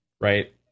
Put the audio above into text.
right